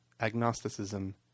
agnosticism